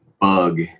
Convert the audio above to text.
bug